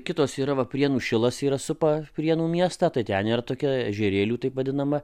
kitos yra va prienų šilas yra supa prienų miestą tai ten yra tokia ežerėlių taip vadinama